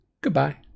Goodbye